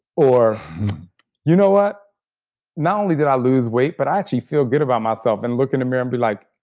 or you know what not only did i lose weight, but i actually feel good about myself, and look in a mirror and be like,